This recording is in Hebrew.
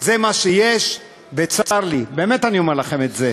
זה מה שיש, וצר לי, באמת, אני אומר לכם את זה.